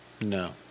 No